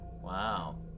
Wow